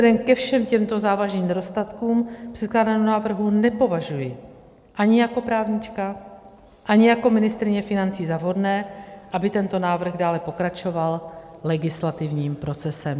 Vzhledem ke všem těmto závažným nedostatkům předkládaného návrhu nepovažuji ani jako právnička, ani jako ministryně financí za vhodné, aby tento návrh dále pokračoval legislativním procesem.